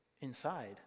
inside